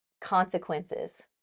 consequences